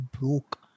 broke